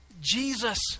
Jesus